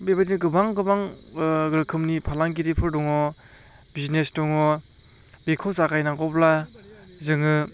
बेबायदिनो गोबां गोबां रोखोमनि फालांगिरिफोर दङ बिजनेस दङ बेखौ जागायनांगौब्ला जोङो